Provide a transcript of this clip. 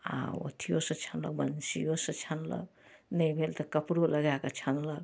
आ अथीयोसँ छनलक बंसियोसँ छनलक नहि भेल तऽ कपड़ो लगाए कऽ छनलक